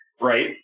right